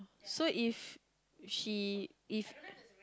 so if she if